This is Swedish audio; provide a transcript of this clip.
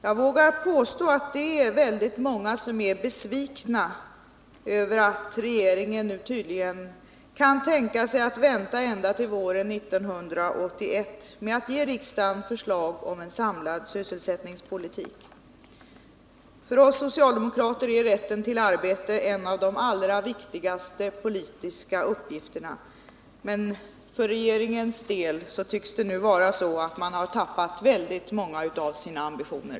Jag vågar påstå att det är väldigt många som är besvikna över att regeringen nu tydligen kan tänka sig att vänta ända till våren 1981 med att ge riksdagen förslag om en samordnad sysselsättningspolitik. För oss socialdemokrater är rätten till arbete en av de allra viktigaste politiska uppgifterna, men för regeringens del tycks det nu vara så att man har tappat väldigt många av sina ambitioner.